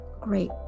great